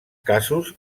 casos